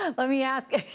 ah let me ask you,